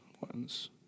ones